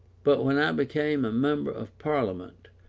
but when i became a member of parliament.